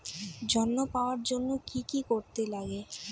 ঋণ পাওয়ার জন্য কি কি করতে লাগে?